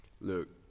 Look